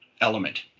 element